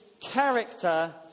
character